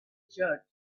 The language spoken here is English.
church